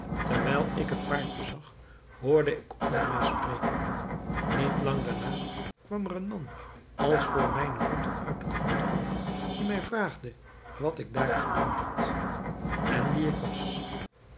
terwijl ik het paard bezag hoorde ik onder mij spreken niet lang daarna kwam er een man als voor mijne voeten uit den grond op die mij vraagde wat ik daar te doen had en wie ik was